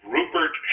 Rupert